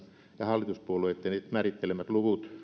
ja hallituspuolueitten määrittelemät luvut